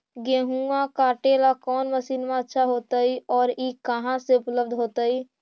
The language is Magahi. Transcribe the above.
गेहुआ काटेला कौन मशीनमा अच्छा होतई और ई कहा से उपल्ब्ध होतई?